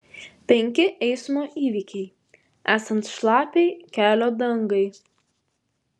penki eismo įvykiai esant šlapiai kelio dangai